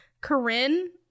Corinne